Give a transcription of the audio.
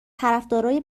طرفدارای